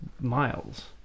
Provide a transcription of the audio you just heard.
miles